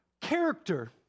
character